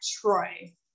Troy